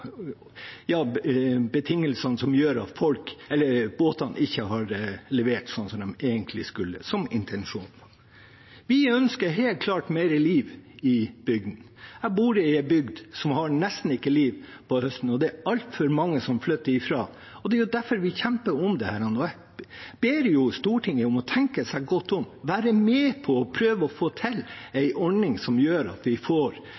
betingelsene som gjør at båtene ikke har levert som de egentlig skulle etter intensjonen. Vi ønsker helt klart mer liv i bygdene. Jeg bor i en bygd som nesten ikke har liv på høsten, og det er altfor mange som flytter fra. Det er derfor vi kjemper om dette. Jeg ber Stortinget om å tenke seg godt om og være med på å prøve å få til en ordning som gjør at vi får